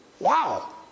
Wow